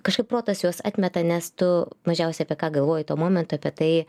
kažkaip protas juos atmeta nes tu mažiausiai apie ką galvoji tuo momentu apie tai